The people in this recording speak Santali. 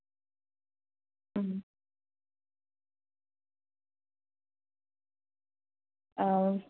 ᱚ